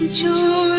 to